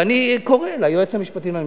ואני קורא ליועץ המשפטי לממשלה,